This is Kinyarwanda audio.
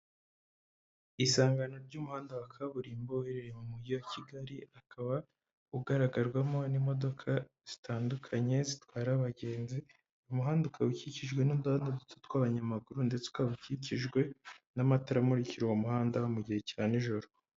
Isangano ry'umuhanda wa kaburimbo uherereye mu mujyi wa Kigali, hakaba ugaragarwamo n'imodoka zitandukanye zitwara abagenzi, umuhanda ukaba ukikijwe n'uduhanda duto tw'abanyamaguru ndetse ukaba ukikijwe n'amatara amurikira uwo muhanda mu gihe cya nijoro.